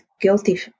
guilty